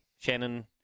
Shannon